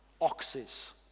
oxes